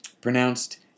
pronounced